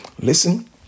listen